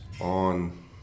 on